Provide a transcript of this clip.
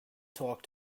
talk